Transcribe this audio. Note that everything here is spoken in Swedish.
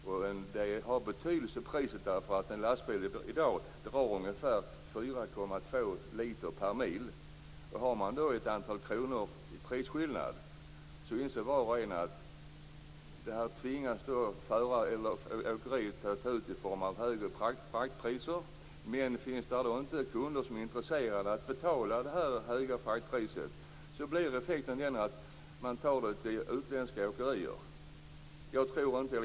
Priset har betydelse, eftersom en lastbil i dag drar ungefär 4,2 liter per mil. Om skillnaden i pris på diesel i Sverige och i Baltikum är ett antal kronor, inser var och en att de svenska åkerierna tvingas ta ut det i form av högre fraktpriser. Men om det inte finns kunder som är intresserade av att betala detta höga fraktpris blir effekten att utländska åkerier anlitas i stället.